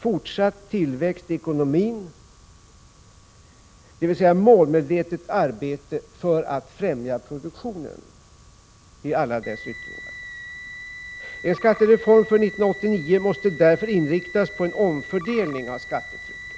fortsatt tillväxt i ekonomin, dvs. ett målmedvetet arbete för att främja produktionen i alla dess yttringar. En skattereform för 1989 måste därför inriktas på en omfördelning av skattetrycket.